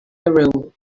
room